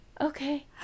okay